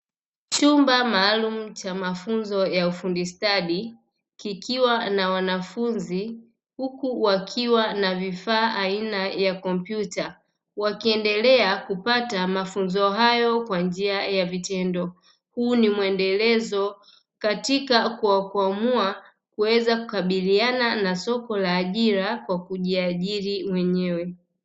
Chumba maalumu cha mafunzo ya ufundi stadi, kikiwa na wanafunzi huku wakiwa na vifaa aina ya kompyuta, wakiendelea kupata mafunzo hayo kwa njia ya vitendo, huu ni muendelezo katika kuwakwamua kuweza kukabiriana na soko la ajira kwa kujiajiri wenyewe.